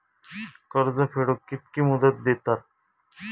कर्ज फेडूक कित्की मुदत दितात?